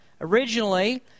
Originally